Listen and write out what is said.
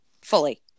fully